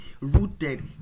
rooted